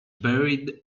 buried